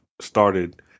started